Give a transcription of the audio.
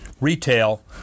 retail